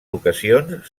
ocasions